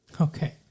Okay